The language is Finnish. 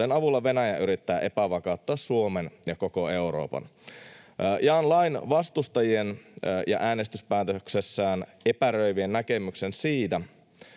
joiden avulla Venäjä yrittää epävakauttaa Suomen ja koko Euroopan ja lain vastustajien ja äänestyspäätöksessään epäröivien näkemyksen siitä,